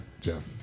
Jeff